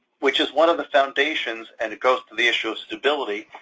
which is one of the foundations, and it goes to the issue of stability,